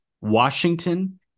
Washington